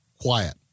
quiet